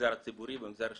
במגזר הציבורי, במגזר השלישי,